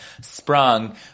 Sprung